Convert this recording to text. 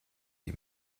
ihm